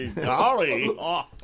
golly